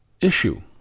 issue